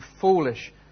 foolish